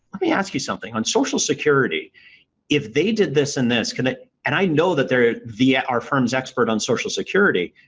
let me ask you something on social security if they did this and this, kind of and i know that they're ah our firm's expert on social security,